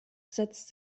setzt